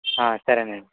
సరేనండి